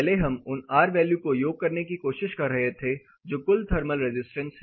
पहले हम उन R वैल्यू को योग करने की कोशिश कर रहे थे जो कुल थर्मल रजिस्टेंस हैं